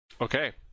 Okay